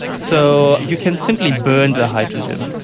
so you can simply burn the hydrogen.